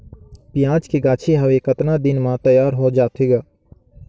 पियाज के गाछी हवे कतना दिन म तैयार हों जा थे?